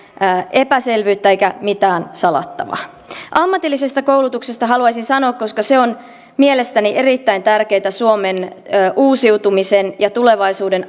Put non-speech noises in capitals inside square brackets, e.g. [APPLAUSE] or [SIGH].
epäselvyyttä eikä mitään salattavaa ammatillisesta koulutuksesta haluaisin sanoa koska se on mielestäni erittäin tärkeää suomen uusiutumisen ja tulevaisuuden [UNINTELLIGIBLE]